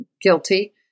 guilty